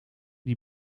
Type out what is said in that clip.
die